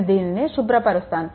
నేను దీనిని శుభ్రపరుస్తాను